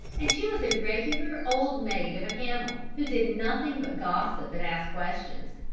and she was a regular old maid of a camel, who did nothing but gossip and ask questions.